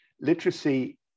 literacy